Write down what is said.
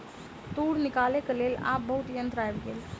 तूर निकालैक लेल आब बहुत यंत्र आइब गेल